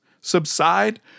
subside